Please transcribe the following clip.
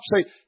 say